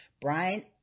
Brian